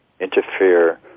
interfere